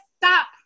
stop